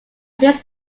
his